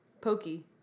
Pokey